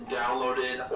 downloaded